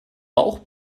bauch